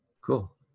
Cool